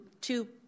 two